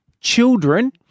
children